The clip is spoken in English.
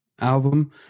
album